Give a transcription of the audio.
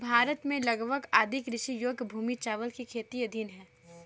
भारत में लगभग आधी कृषि योग्य भूमि चावल की खेती के अधीन है